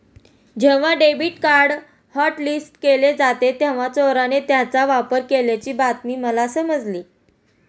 जेव्हा debit card hotlist केले होते तेव्हा चोराने त्याचा वापर केल्याची बातमी मला समजली